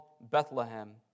Bethlehem